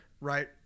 Right